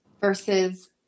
versus